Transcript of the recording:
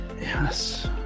yes